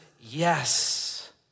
yes